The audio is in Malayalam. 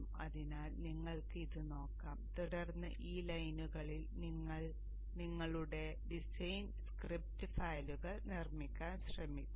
അതിനാൽ നിങ്ങൾക്ക് ഇത് നോക്കാം തുടർന്ന് ഈ ലൈനുകളിൽ നിങ്ങളുടെ ഡിസൈൻ സ്ക്രിപ്റ്റ് ഫയലുകൾ നിർമ്മിക്കാൻ ശ്രമിക്കുക